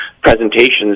presentations